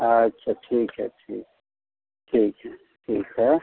अच्छा ठीक है ठीक ठीक है ठीक है